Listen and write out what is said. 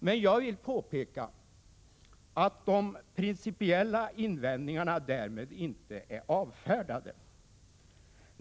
Jag vill emellertid påpeka att de principiella invändningarna därmed inte är avfärdade.